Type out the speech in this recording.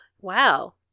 wow